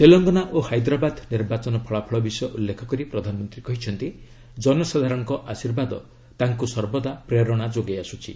ତେଲଙ୍ଗାନା ଓ ହାଦ୍ରାବାଦ ନିର୍ବାଚନ ଫଳାଫଳ ବିଷୟ ଉଲ୍ଲେଖ କରି ପ୍ରଧାନମନ୍ତ୍ରୀ କହିଛନ୍ତି ଜନସାଧାରଣଙ୍କର ଆଶୀର୍ବାଦ ତାଙ୍କୁ ସର୍ବଦା ପ୍ରେରଣା ଯୋଗାଇ ଆସୁଛି